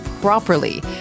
properly